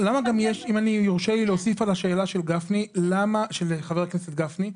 אם יורשה לי להוסיף על השאלה של חבר הכנסת גפני,